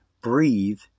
breathe